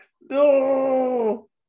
No